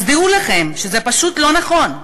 אז דעו לכם שזה פשוט לא נכון.